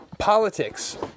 Politics